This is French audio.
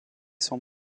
son